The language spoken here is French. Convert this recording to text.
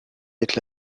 être